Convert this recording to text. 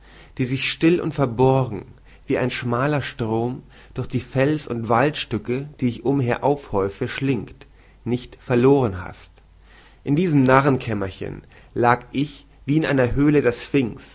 die sich still und verborgen wie ein schmaler strom durch die fels und waldstücke die ich umher aufhäufte schlingt nicht verloren hast in diesem narrenkämmerchen lag ich wie in einer höle der